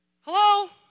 Hello